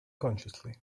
consciously